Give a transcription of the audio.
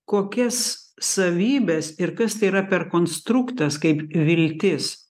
kokias savybes ir kas tai yra per konstruktas kaip viltis